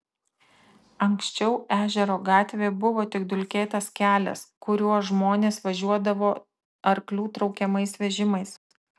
anksčiau ežero gatvė buvo tik dulkėtas kelias kuriuo žmonės važiuodavo arklių traukiamais vežimais